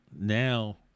now